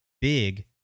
big